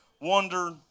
wonder